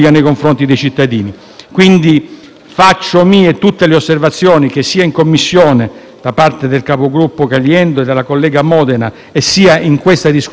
faccio mie tutte le osservazioni che sia in Commissione - da parte del capogruppo Caliendo e della collega Modena - sia in questa discussione sono state avanzate dai colleghi e mi auguro